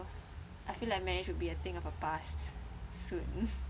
I feel like marriage would be a thing of a past soon